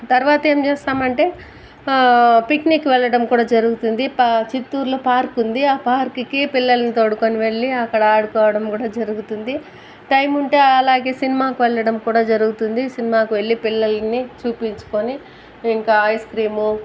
తర్వాత ఏం చేస్తామంటే పిక్నిక్ వెళ్ళడం కూడా జరుగుతుంది పా చిత్తూరులో పార్క్ ఉంది ఆ పార్కు కు పిల్లలను తోడుకొని వెళ్ళి అక్కడ ఆడుకోవడం కూడా జరుగుతుంది టైం ఉంటే అలాగే సినిమాకు వెళ్ళడం కూడా జరుగుతుంది సినిమాకి వెళ్ళి పిల్లల్ని చూపించుకుని ఇంకా ఐస్ క్రీమ్